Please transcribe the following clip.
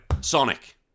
Sonic